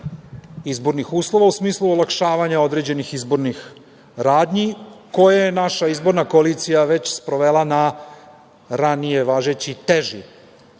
izbornih uslova u smislu olakšavanja određenih izbornih radnji koje je naša izborna koalicija već sprovela na ranije važeći, teži